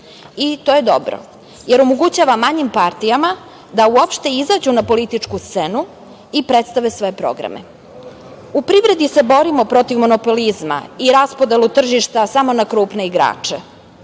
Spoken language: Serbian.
To je dobro, jer omogućava manjim partijama da uopšte izađu na političku scenu i predstave svoje programe.U privredi se borimo protiv monopolizma i raspodelu tržišta samo na krupne igrače,